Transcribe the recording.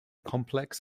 complex